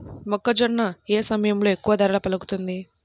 మొక్కజొన్న ఏ సమయంలో ఎక్కువ ధర పలుకుతుంది?